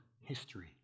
history